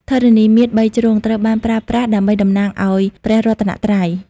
ធរណីមាត្របីជ្រុង ត្រូវបានប្រើប្រាស់ដើម្បីតំណាងឱ្យ ព្រះរតនៈត្រៃ។